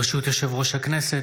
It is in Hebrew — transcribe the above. ברשות יושב-ראש הכנסת,